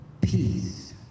peace